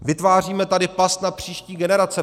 Vytváříme tady past na příští generace.